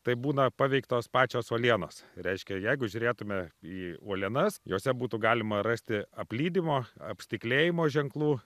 tai būna paveiktos pačios uolienos reiškia jeigu žiūrėtume į uolienas jose būtų galima rasti aplydimo apstiklėjimo ženklų